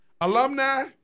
alumni